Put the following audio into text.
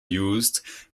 used